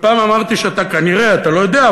פעם אמרתי שכנראה אתה לא יודע,